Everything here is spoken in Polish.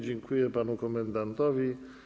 Dziękuję panu komendantowi.